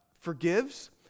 forgives